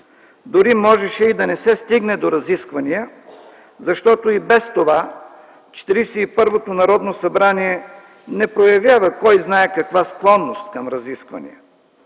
Дори можеше и да не се стигне до разисквания, защото и без това Четиридесет и първото Народно събрание не проявява кой знае каква склонност към разисквания.